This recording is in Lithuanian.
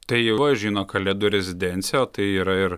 tai va žino kalėdų rezidenciją o tai yra ir